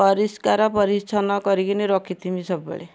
ପରିଷ୍କାର ପରିଚ୍ଛନ୍ନ କରିକିନି ରଖିଥିମି ସବୁବେଳେ